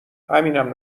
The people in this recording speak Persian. همینم